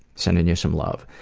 sending you some love.